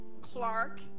Clark